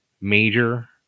major